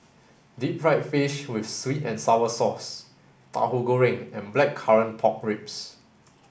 deep fried fish with sweet and sour sauce tahu Goreng and blackcurrant pork ribs